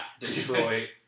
Detroit